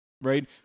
right